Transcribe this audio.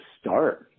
start